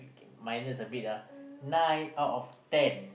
okay minus a bit ah nine out of ten